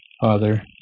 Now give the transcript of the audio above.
Father